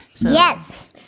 Yes